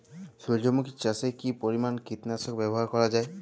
সূর্যমুখি চাষে কি পরিমান কীটনাশক ব্যবহার করা যায়?